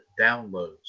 downloads